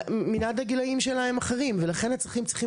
מנעד הגילאים שלהם הם שונים ולכן הגילאים צריכים